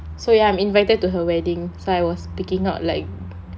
so ya I'm invited to her wedding so I was picking out like